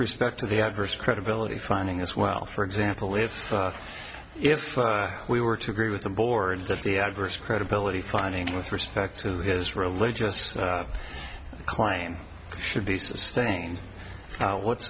respect to the adverse credibility finding as well for example if if we were to agree with the board that the adverse credibility findings with respect to his religious claim should be sustaining what's